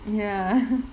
ya